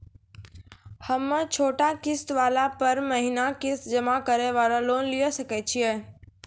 हम्मय छोटा किस्त वाला पर महीना किस्त जमा करे वाला लोन लिये सकय छियै?